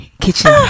kitchen